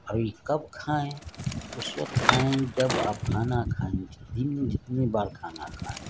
اب یہ کب کھائیں اس وقت کھائیں جب آپ کھانا کھائیں جتنی جتنے بار کھانا کھائیں